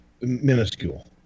Minuscule